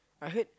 I heard